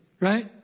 right